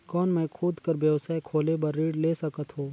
कौन मैं खुद कर व्यवसाय खोले बर ऋण ले सकत हो?